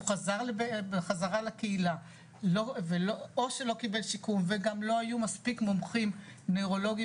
הוא חזר בחזרה לקהילה ואו שלא קיבל שיקום וגם לא היו מומחים נוירולוגים